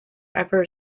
ever